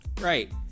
Right